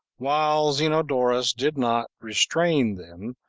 while zenodorus did not restrain them,